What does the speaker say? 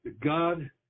God